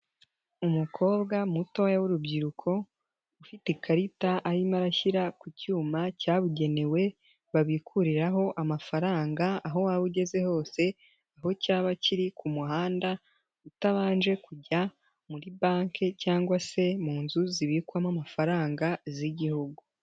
Umukobwa mutoya w'urubyiruko, ufite ikarita arimo arashyira ku cyuma cyabugenewe babikuriraho amafaranga aho waba ugeze hose, aho cyaba kiri ku muhanda, utabanje kujya muri banki cyangwa se mu nzu zibikwamo amafaranga z'Igihugu.